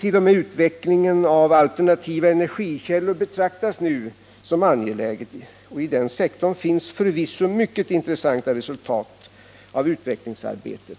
T. o. m. utvecklingen av alternativa energikällor betraktas nu som angelägen, och inom den sektorn finns förvisso mycket intressanta resultat att hämta av utvecklingsarbetet.